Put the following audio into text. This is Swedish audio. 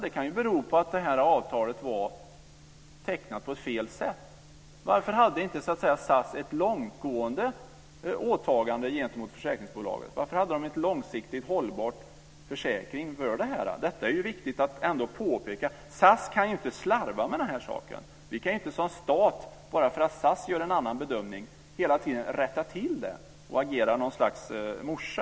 Det kan ju bero på att avtalet var tecknat på fel sätt. Varför hade inte SAS ett långtgående åtagande gentemot försäkringsbolaget? Varför hade man inte en långsiktigt hållbar försäkring för det här? Detta är viktigt att påpeka. SAS kan ju inte slarva med den här saken. Vi kan inte som stat, bara för att SAS gör en annan bedömning, hela tiden rätta till det hela och agera som någon slags morsa.